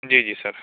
جی جی سر